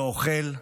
לא אוכל,